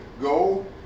go